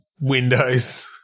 windows